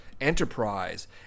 enterprise